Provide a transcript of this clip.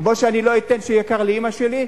כמו שאני לא אתן שיהיה קר לאמא שלי,